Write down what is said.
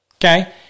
Okay